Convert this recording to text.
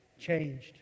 changed